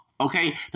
okay